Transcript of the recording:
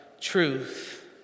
truth